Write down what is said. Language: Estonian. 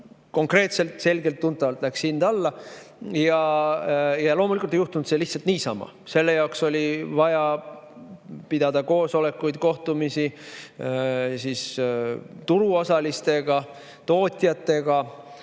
konkreetselt, selgelt, tuntavalt läks hind alla. Loomulikult ei juhtunud see lihtsalt niisama. Selle jaoks oli vaja pidada koosolekuid, kohtumisi turuosalistega, tootjatega,